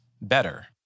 better